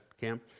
Cam